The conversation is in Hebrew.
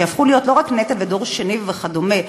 שיהפכו להיות לא רק נטל ודור שני לעוני וכדומה,